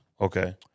Okay